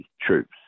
troops